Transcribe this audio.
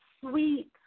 sweet